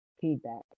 feedback